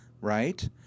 right